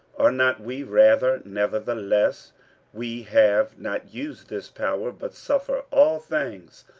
are not we rather? nevertheless we have not used this power but suffer all things,